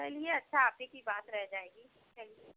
चलिए अच्छा आप ही की बात रह जाएगी चलिए